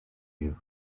you